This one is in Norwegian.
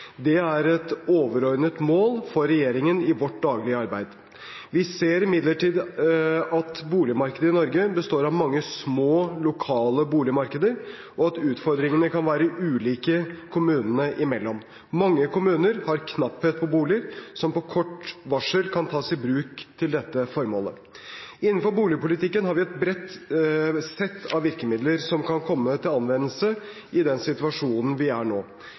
Det er et overordnet mål for regjeringen i vårt daglige arbeid. Vi ser imidlertid at boligmarkedet i Norge består av mange små, lokale boligmarkeder, og at utfordringene kan være ulike kommunene imellom. Mange kommuner har knapphet på boliger som på kort varsel kan tas i bruk til dette formålet. Innenfor boligpolitikken har vi et bredt sett av virkemidler som kan komme til anvendelse i den situasjonen vi er i nå.